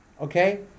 Okay